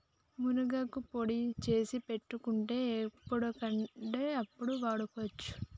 మునగాకు పొడి చేసి పెట్టుకుంటే ఎప్పుడంటే అప్పడు వాడుకోవచ్చు